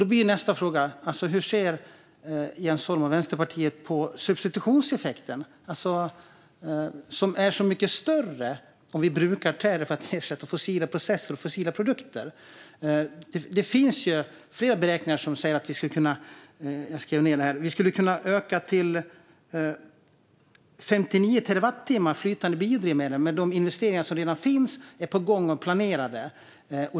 Då blir nästa fråga: Hur ser Jens Holm och Vänsterpartiet på substitutionseffekten som är så mycket större om vi brukar träden för att ersätta fossila processer och fossila produkter? Det finns flera beräkningar som säger att vi skulle kunna öka till 59 terawattimmar flytande biodrivmedel med de investeringar som redan finns och är planerade.